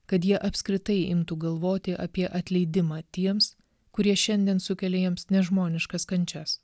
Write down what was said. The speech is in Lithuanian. kad jie apskritai imtų galvoti apie atleidimą tiems kurie šiandien sukelia jiems nežmoniškas kančias